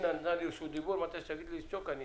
מעריך את אלו שבאים עם